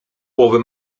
połowy